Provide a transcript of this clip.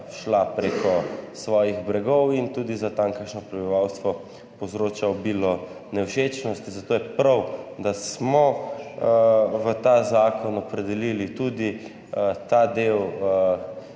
šla prek svojih bregov in tudi za tamkajšnje prebivalstvo povzroča obilo nevšečnosti, zato je prav, da smo v tem zakonu opredelili tudi ta del